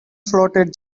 floated